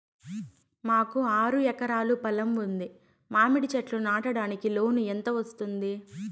మాకు ఆరు ఎకరాలు పొలం ఉంది, మామిడి చెట్లు నాటడానికి లోను ఎంత వస్తుంది?